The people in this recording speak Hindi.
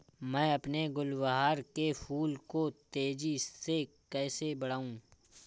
मैं अपने गुलवहार के फूल को तेजी से कैसे बढाऊं?